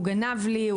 הוא גנב לי.